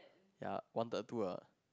ya wanted to ah